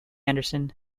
anderson